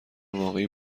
واقعی